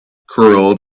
curled